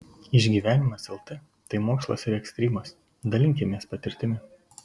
išgyvenimas lt tai mokslas ir ekstrymas dalinkimės patirtimi